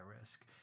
risk